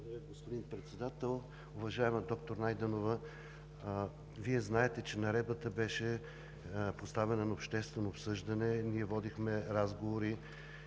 господин Председател! Уважаема доктор Найденова, Вие знаете, че Наредбата беше поставена на обществено обсъждане. Ние водихме разговори